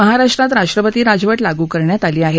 महाराष्ट्रात राष्ट्रपती राजवट लागू करण्यात आली आहे